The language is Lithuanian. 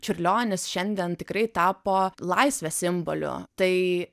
čiurlionis šiandien tikrai tapo laisvės simboliu tai